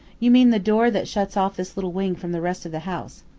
you mean the door that shuts off this little wing from the rest of the house.